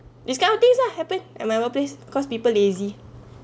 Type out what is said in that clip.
this kind of things lah happen at my workplace cause people lazy